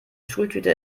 schultüte